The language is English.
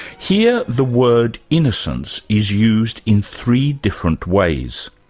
here, the word innocence is used in three different ways.